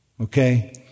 okay